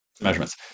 measurements